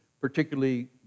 particularly